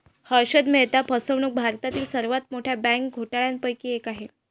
हर्षद मेहता फसवणूक भारतातील सर्वात मोठ्या बँक घोटाळ्यांपैकी एक आहे